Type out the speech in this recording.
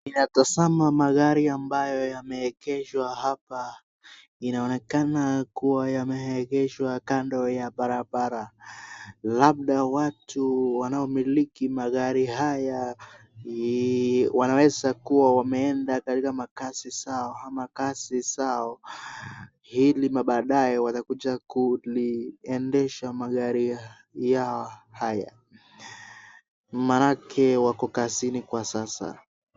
Inatazama magari ambayo yameegeshwa hapa. Inaonekana kuwa yameegeshwa kando ya barabara. Labda watu wanaomiliki magari haya wanaweza kuwa wameenda katika makazi zao au kazi zao ili mabadae watakuja kuliendesha magari yao haya. Maanake wako kazini kwa sasa.